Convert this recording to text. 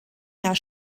jahr